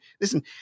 listen